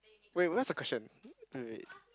wait where's the question wait wait wait